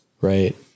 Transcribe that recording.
Right